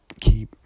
keep